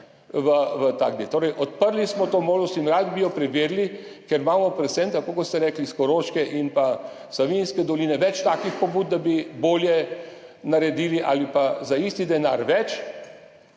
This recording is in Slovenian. Torej, odprli smo to možnost in radi bi jo preverili, ker imamo predvsem, tako kot ste rekli, iz Koroške in Savinjske doline več takih pobud, da bi bolje naredili ali pa za isti denar več